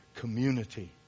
community